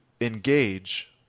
engage